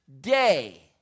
day